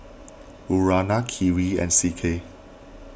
Urana Kiwi and C K